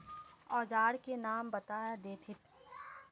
औजार के नाम बता देथिन?